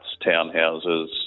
townhouses